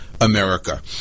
America